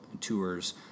tours